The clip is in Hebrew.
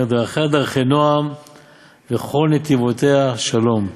ואומר 'דרכיה דרכי נעם וכל נתיבותיה שלום'."